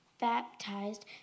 baptized